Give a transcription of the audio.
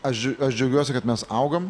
aš aš džiaugiuosi kad mes augam